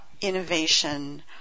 innovation